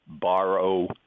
borrow